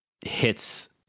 hits